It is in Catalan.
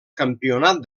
campionat